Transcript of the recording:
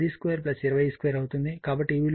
కాబట్టి ఈ విలువ 22